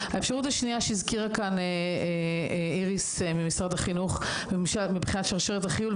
האפשרות השנייה שהזכירה כאן איריס ממשרד החינוך מבחינת שרשרת החיול,